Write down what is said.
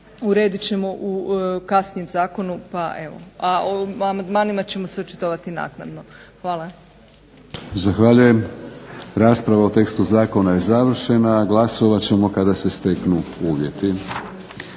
uredit ćemo u kasnijem zakonu, pa evo, a o amandmanima ćemo se očitovati naknadno. Hvala. **Batinić, Milorad (HNS)** Zahvaljujem. Rasprava o tekstu zakona je završena. Glasovat ćemo kada se steknu uvjeti.